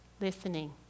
listening